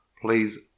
please